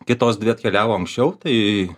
kitos dvi atkeliavo anksčiau tai